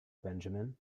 benjamin